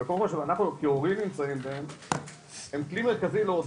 במקומות שאנחנו כהורים נמצאים בהם הם כלי מיטבי ועוזר